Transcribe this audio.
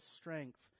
strength